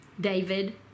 David